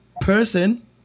person